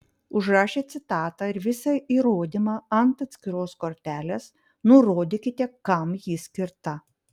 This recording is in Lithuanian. užrašę citatą ir visą įrodymą ant atskiros kortelės nurodykite kam ji skirta